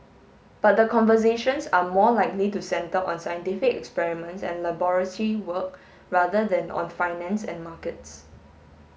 but the conversations are more likely to centre on scientific experiments and laboratory work rather than on finance and markets